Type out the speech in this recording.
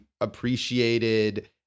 appreciated